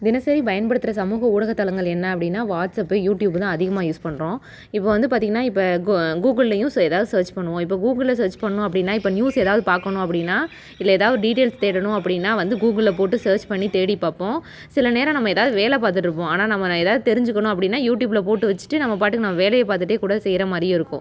தினசரி பயன்படுத்துற சமூக ஊடகதளங்கள் என்ன அப்படின்னா வாட்சப்பு யூடியூப்பு தான் அதிகமாக யூஸ் பண்ணுறோம் இப்போ வந்து பார்த்திங்கன்னா இப்போ கூ கூகுள்லேயும் ஏதாவது சர்ச் பண்ணுவோம் இப்போ கூகுளில் சர்ச் பண்ணோம் அப்படின்னா இப்போ நியூஸ் ஏதாவது பார்க்கணும் அப்படின்னா இல்லை ஏதாவது டீடைல்ஸ் தேடணும் அப்படின்னா வந்து கூகுளில் போட்டு சர்ச் பண்ணி தேடி பார்ப்போம் சில நேரம் நம்ம ஏதாவது வேலை பார்த்துட்டு இருப்போம் ஆனால் நம்ம ஏதாவது தெரிஞ்சுக்கணும் அப்படின்னா யூடியூப்பில் போட்டு வச்சுட்டு நம்ம பாட்டுக்கு நம்ம வேலையை பார்த்துட்டே கூட செய்கிற மாதிரியும் இருக்கும்